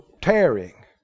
tearing